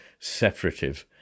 separative